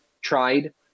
tried